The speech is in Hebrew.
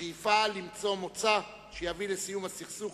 השאיפה למצוא מוצא שיביא לסיום הסכסוך